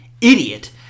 idiot